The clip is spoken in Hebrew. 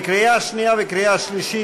לקריאה שנייה וקריאה שלישית.